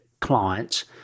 clients